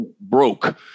broke